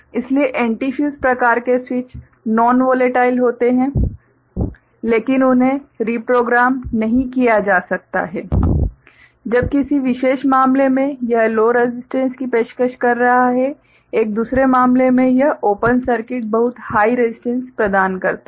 इसलिए एंटीफ्यूज प्रकार के स्विच नॉन वोलेटाइल होते हैं लेकिन उन्हें रिप्रोग्राम नहीं किया जा सकता है जब किसी विशेष मामले में यह लो रसिस्टेंस की पेशकश कर रहा है एक दूसरे मामले में यह ओपन सर्किट बहुत हाइ रसिस्टेंस प्रदान करता है